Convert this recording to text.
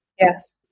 yes